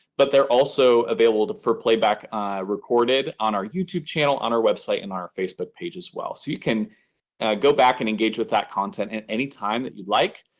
but they're also available for playback recorded on our youtube channel on our website and on our facebook page as well. so you can go back and engage with that content at any time that you'd like.